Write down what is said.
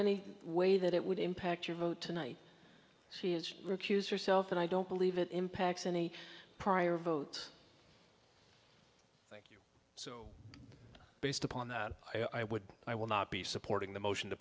any way that it would impact your vote tonight she has recused herself and i don't believe it impacts any prior votes so based upon that i would i will not be supporting the motion to